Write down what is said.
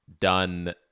Done